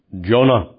Jonah